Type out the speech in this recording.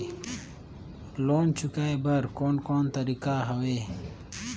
Loan चुकाए बर कोन कोन तरीका हवे?